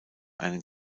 einen